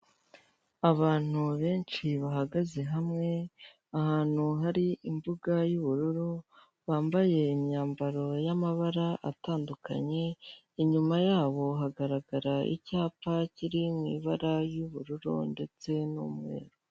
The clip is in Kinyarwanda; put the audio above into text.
Abantu benshi bahagaze hamwe, ahantu hari imbuga y'ubururu, bambaye imyambaro y'amabara atandukanye, inyuma yabo hagaragara icyapa kiri mu ibara ry'ubururu ndetse n'umweru.